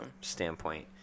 standpoint